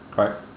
correct